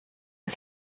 aux